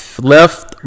left